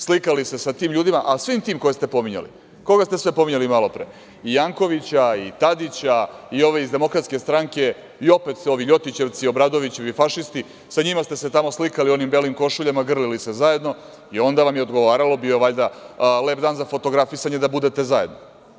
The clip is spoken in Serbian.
Slikali se sa tim ljudima, a svim tim koje ste pominjali, koga ste sve pominjali malopre i Jankovića i Tadića i ove iz DS i opet su ovi Ljotićevci, Obradovićevi fašisti, sa njima ste se tamo slikali u onim belim košuljama, grlili se zajedno i onda vam je odgovaralo, bio je valjda lep dan za fotografisanje da budete zajedno.